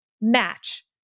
match